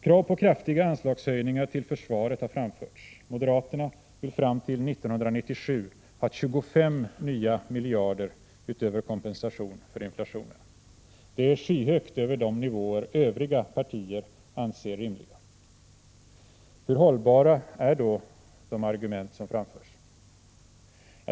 Krav på kraftiga anslagshöjningar till försvaret har framförts. Moderaterna vill fram till 1997 ha 25 nya miljarder utöver kompensation för inflationen. Det är skyhögt över de nivåer övriga partier anser rimliga. Hur hållbara är då de argument som har framförts?